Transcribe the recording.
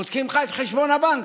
בודקים לך את חשבון הבנק.